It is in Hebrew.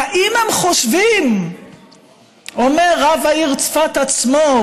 האם הם חושבים בממשלה, אומר רב העיר צפת עצמו,